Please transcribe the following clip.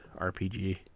RPG